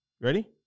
Ready